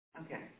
Okay